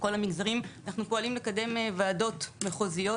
לכל המגזרים, אנחנו פועלים לקדם ועדות מחוזיות